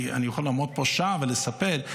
אני יכול לעמוד פה שעה ולספר.